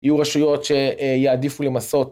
יהיו רשויות שיעדיפו למסות.